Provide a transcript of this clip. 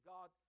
God